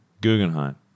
Guggenheim